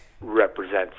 represents